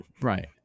Right